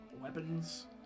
weapons